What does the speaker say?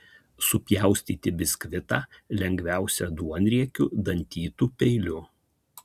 supjaustyti biskvitą lengviausia duonriekiu dantytu peiliu